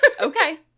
Okay